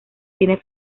tiene